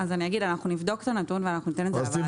אנחנו נבדוק את הנתון ונביא לוועדה.